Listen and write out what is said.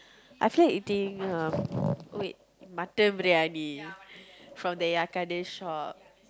I feel like eating uh wait mutton briyani from the shop